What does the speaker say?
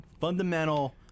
Fundamental